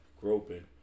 groping